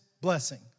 blessing